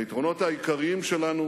היתרונות העיקריים שלנו